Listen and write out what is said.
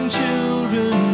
children